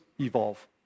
evolve